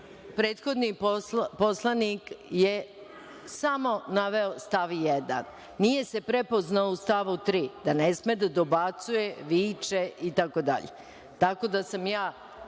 prethodni poslanik je samo naveo stav 1, nije se prepoznao u stavu 3, da ne sme da dobacuje, viče itd. Tako da sam bila